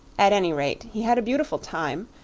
at any rate, he had a beautiful time,